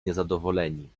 niezadowoleni